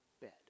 bed